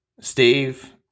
Steve